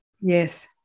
Yes